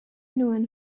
known